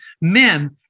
men